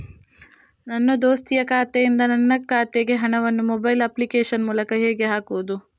ನನ್ನ ದೋಸ್ತಿಯ ಖಾತೆಯಿಂದ ನನ್ನ ಖಾತೆಗೆ ಹಣವನ್ನು ಮೊಬೈಲ್ ಅಪ್ಲಿಕೇಶನ್ ಮೂಲಕ ಹೇಗೆ ಹಾಕುವುದು?